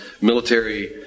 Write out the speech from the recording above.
military